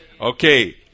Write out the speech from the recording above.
Okay